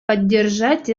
поддержать